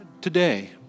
today